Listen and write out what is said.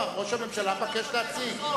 תנו, ראש הממשלה מבקש להציג.